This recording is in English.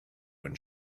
when